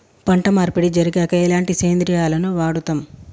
పంట మార్పిడి జరిగాక ఎలాంటి సేంద్రియాలను వాడుతం?